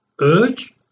urge